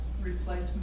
Replacement